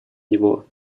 него